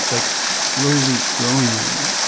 like, slowly growing on me.